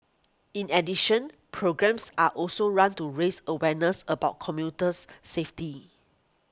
in addition programmes are also run to raise awareness about commuters safety